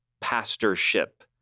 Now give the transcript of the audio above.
Pastorship